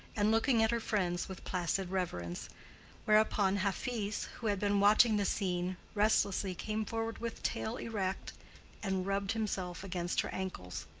and looking at her friends with placid reverence whereupon hafiz, who had been watching the scene restlessly came forward with tail erect and rubbed himself against her ankles.